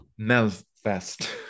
Melfest